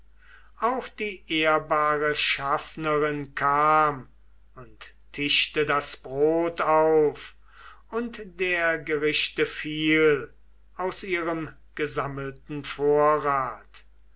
und die ehrbare schaffnerin kam und tischte das brot auf und der gerichte viel aus ihrem gesammelten vorrat